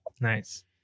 Nice